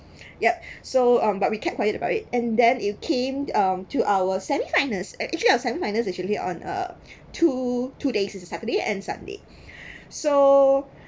yup so um but we kept quiet about it and then it came um to our semi-final and actually our semi-final is actually on a two two days it's saturday and sunday so